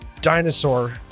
dinosaur